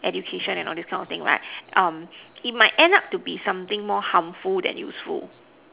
education and all this kind of things right it might ends up to be something more harmful than useful